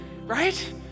Right